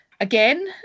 again